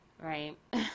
right